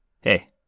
Hey